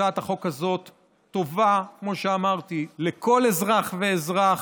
הצעת החוק הזאת טובה, כמו שאמרתי, לכל אזרח ואזרח.